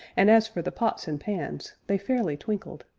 and as for the pots and pans, they fairly twinkled.